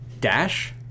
dash